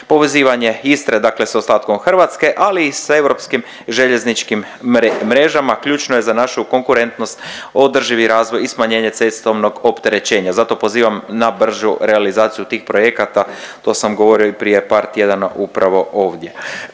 Povezivanje Istre dakle s ostatkom Hrvatske ali i s europskim željezničkim mrežama ključno je za našu konkurentnost održivi razvoj i smanjenje cestovnog opterećenja. Zato pozivam na bržu realizaciju tih projekata, to sam govorio i prije par tjedana upravo ovdje.